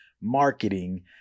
marketing